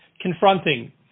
confronting